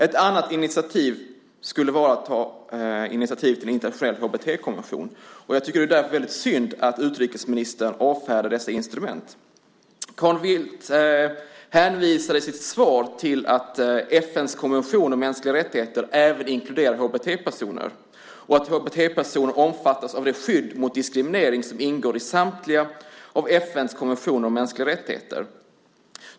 Ett annat sätt skulle vara att ta initiativ till en internationell HBT-konvention. Jag tycker därför att det är väldigt synd att utrikesministern avfärdar dessa instrument. Carl Bildt hänvisar i sitt svar till att FN:s konvention om mänskliga rättigheter även inkluderar HBT-personer och att HBT-personer omfattas av det skydd mot diskriminering som ingår i samtliga FN:s konventioner om mänskliga rättigheter.